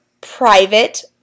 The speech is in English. private